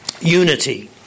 Unity